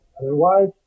otherwise